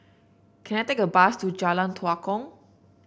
can I take a bus to Jalan Tua Kong